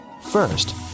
First